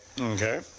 Okay